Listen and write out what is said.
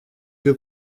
que